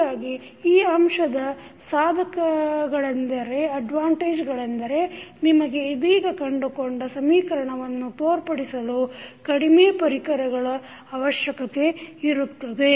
ಹೀಗಾಗಿ ಈ ಅಂಶದ ಸಾಧಕಗಳೆನೆಂದರೆ ನಿಮಗೆ ಇದೀಗ ಕಂಡುಕೊಂಡ ಸಮೀಕರಣವನ್ನು ತೋರ್ಪಡಿಸಲು ಕಡಿಮೆ ಪರಿಕರಗಳು ಅವಶ್ಯಕತೆಯಿರುತ್ತದೆ